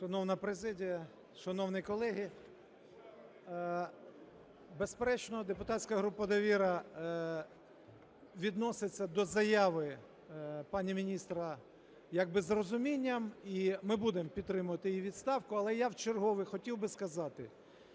Шановна президія, шановні колеги, безперечно, депутатська група "Довіра" відноситься до заяви пані міністра як би з розумінням, і ми будемо підтримувати її відставку. Але я в чергове хотів би сказати,